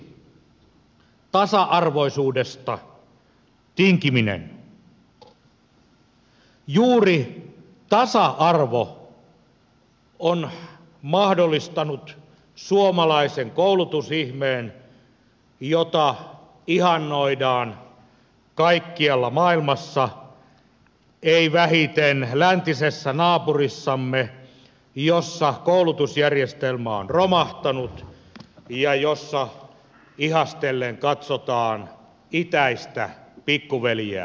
juuri tasa arvo on mahdollistanut suomalaisen koulutusihmeen jota ihannoidaan kaikkialla maailmassa ei vähiten läntisessä naapurissamme jossa koulutusjärjestelmä on romahtanut ja jossa ihastellen katsotaan itäistä pikkuveljeä